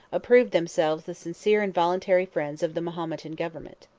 approved themselves the sincere and voluntary friends of the mahometan government.